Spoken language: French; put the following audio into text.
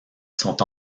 sont